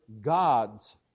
gods